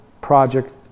project